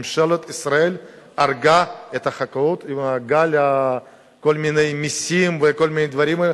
ממשלת ישראל הרגה את החקלאות עם הגל של כל מיני מסים וכל מיני דברים.